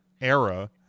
era